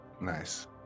Nice